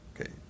Okay